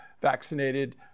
vaccinated